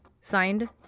Signed